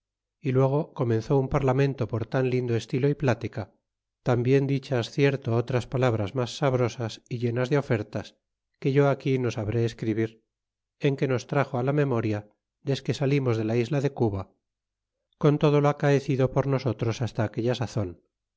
y luego comenzó un parlamento por tan lindo estilo y plática tambien dichas cierto otras palabras mas sabrosas y llenas de ofertas que yo aquí no sabré escribir en que nos traxo la memoria desde que salimos de la isla de cuba con todo lo acaecido por nosotros hasta aquella sazon